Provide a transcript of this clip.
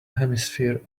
hemisphere